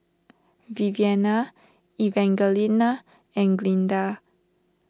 Viviana Evangelina and Glinda